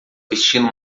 vestindo